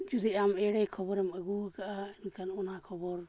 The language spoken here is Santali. ᱡᱩᱫᱤ ᱟᱢ ᱮᱲᱮ ᱠᱷᱚᱵᱚᱨᱮᱢ ᱟᱹᱜᱩᱣ ᱠᱟᱫᱟ ᱮᱱᱠᱷᱟᱱ ᱚᱱᱟ ᱠᱷᱚᱵᱚᱨ